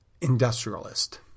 industrialist